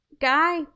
Guy